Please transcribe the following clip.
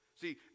See